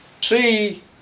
see